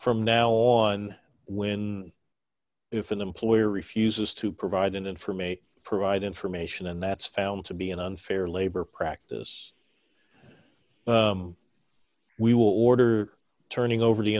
from now on when if an employer refuses to provide information provide information and that's found to be an unfair labor practice we will order turning over the